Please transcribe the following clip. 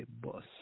boss